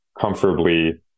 comfortably